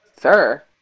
Sir